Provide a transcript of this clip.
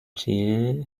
چیه